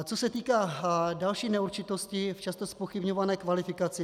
Co se týká další neurčitosti, často zpochybňované kvalifikace.